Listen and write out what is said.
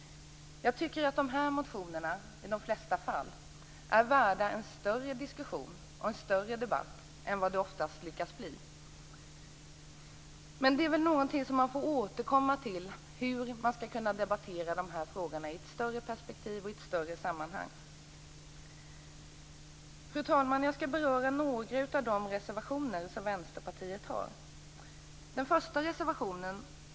Jag tycker att de här motionerna i de flesta fall är värda en större diskussion och en större debatt än det oftast lyckas bli. Men hur man skall kunna debattera de här frågorna i ett större perspektiv och i ett större sammanhang är väl någonting som man får återkomma till. Fru talman! Jag skall beröra några av Vänsterpartiets reservationer.